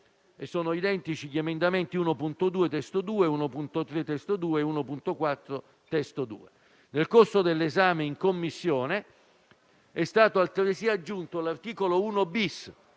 sono identici gli emendamenti 1.2 (testo 2), 1.3 (testo 2) e 1.4 (testo 2). Nel corso dell'esame in Commissione è stato altresì aggiunto l'articolo 1-*bis*,